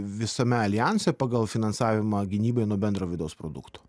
visame aljanse pagal finansavimą gynybai nuo bendro vidaus produkto